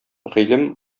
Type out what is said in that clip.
гыйлем